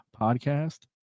podcast